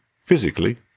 physically